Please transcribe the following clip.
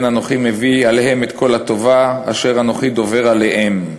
כן אנוכי מביא עליהם את כל הטובה אשר אנֹכי דֹבר עליהם".